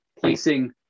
placing